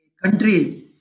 country